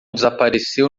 desapareceu